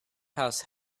house